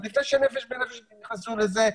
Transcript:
עוד לפני שנפש בנפש נכנסו לזה,